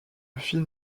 film